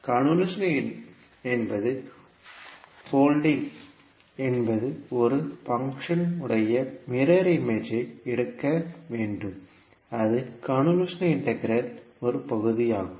convolution என்பது holding என்பது ஒரு பங்க்ஷன் உடைய மிரர் இமேஜை எடுக்க வேண்டும் அது கன்வொல்யூஷன் இன்டெக்ரல் ஒரு பகுதி ஆகும்